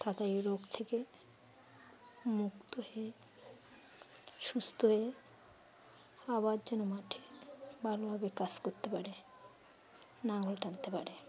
তাদের এই রোগ থেকে মুক্ত হয়ে সুস্থ হয়ে আবার যেন মাঠে ভালোভাবে কাজ করতে পারে লাঙল টানতে পারে